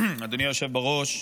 אדוני היושב בראש,